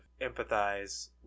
empathize